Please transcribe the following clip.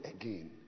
again